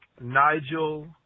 Nigel